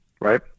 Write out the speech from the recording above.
right